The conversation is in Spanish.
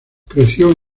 creció